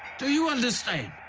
do you understand?